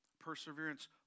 Perseverance